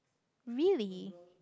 really